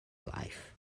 life